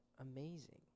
Amazing